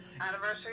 anniversary